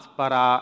para